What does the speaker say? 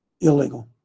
illegal